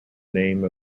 name